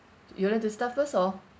you would like to start first or